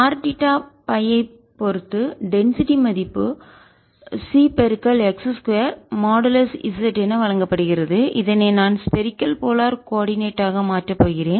R theta phi ஐ பொறுத்து density மதிப்பு Cx 2 மாடுலஸ் z என வழங்கப்படுகிறது இதனை நான் ஸ்பரிக்கல் போலார் கோள துருவ கோஆர்டினேட் ஆக மாற்றப் போகிறேன்